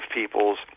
peoples